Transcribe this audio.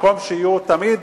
במקום שיהיו תמיד,